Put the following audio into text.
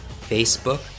Facebook